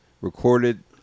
recorded